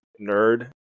nerd